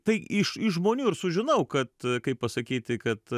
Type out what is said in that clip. tai iš iš žmonių ir sužinau kad kaip pasakyti kad